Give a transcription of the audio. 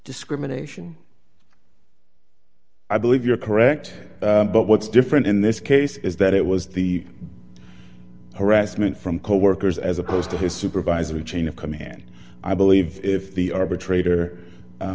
discrimination i believe you're correct but what's different in this case is that it was the harassment from coworkers as opposed to his supervisor the chain of command i believe if the arbitrator